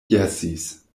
jesis